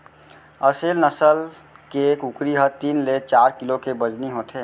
असेल नसल के कुकरी ह तीन ले चार किलो के बजनी होथे